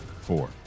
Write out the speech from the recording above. four